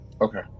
Okay